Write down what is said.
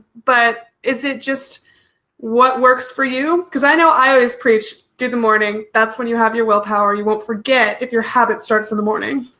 but is it just hat works for you because i know i always preach do the morning, that's when you have your willpower, you won't forget if your habit starts in the morning.